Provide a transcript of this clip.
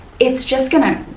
it's just going to